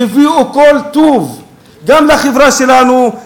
שהביאו כל טוב גם לחברה שלנו,